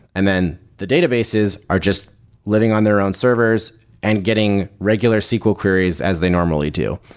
and then the databases are just living on their own servers and getting regular sql queries as they normally do.